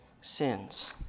sins